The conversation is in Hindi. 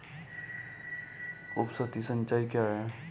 उपसतही सिंचाई क्या है?